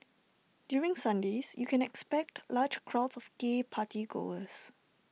during Sundays you can expect large crowds of gay party goers